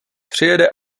přijede